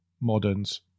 moderns